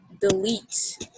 delete